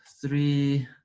three